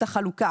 החלוקה.